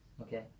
Okay